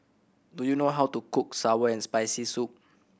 do you know how to cook sour and Spicy Soup